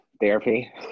therapy